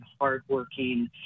hardworking